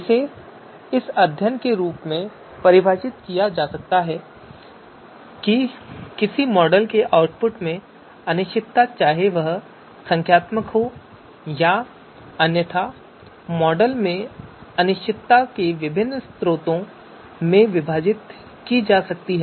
इसे इस अध्ययन के रूप में परिभाषित किया जा सकता है कि किसी मॉडल के आउटपुट में अनिश्चितता चाहे वह संख्यात्मक हो या अन्यथा मॉडल इनपुट में अनिश्चितता के विभिन्न स्रोतों में विभाजित की जा सकती है